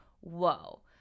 whoa